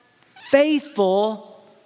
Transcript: faithful